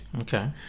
Okay